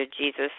Jesus